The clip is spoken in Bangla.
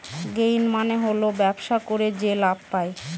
গেইন মানে হল ব্যবসা করে যে লাভ পায়